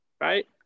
Right